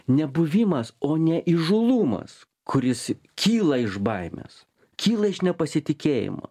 nebuvimas o ne įžūlumas kuris kyla iš baimės kyla iš nepasitikėjimo